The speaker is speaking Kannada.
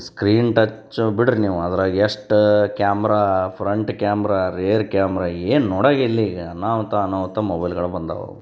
ಸ್ಕ್ರೀನ್ ಟಚ್ ಬಿಡಿರಿ ನೀವು ಅದ್ರಾಗ ಎಷ್ಟು camera front camera rear camera ಏನು ನೋಡಾಗೆ ಇಲ್ಲ ಈಗ ಅನಾಹುತ ಅನಾಹುತ ಮೊಬೈಲ್ಗಳು ಬಂದಾವೆ